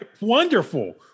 Wonderful